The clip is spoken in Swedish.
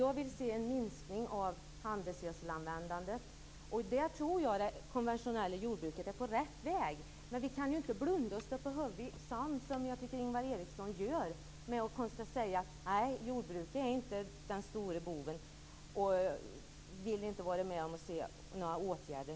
Jag vill se en minskning av handelsgödselanvändandet. Jag tror att det konventionella jordbruket är på rätt väg, men vi kan inte blunda och stoppa huvudet i sanden, som jag tycker att Ingvar Eriksson gör när han säger att jordbruket inte är den stora boven och när han inte vill vara med om några åtgärder.